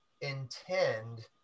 intend